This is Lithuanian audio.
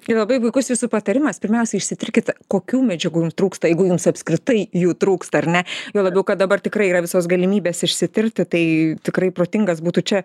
ir labai puikus jūsų patarimas pirmiausia išsitirkite kokių medžiagų jum trūksta jeigu jums apskritai jų trūksta ar ne juo labiau kad dabar tikrai yra visos galimybės išsitirti tai tikrai protingas būtų čia